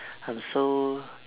I'm so